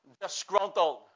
Disgruntled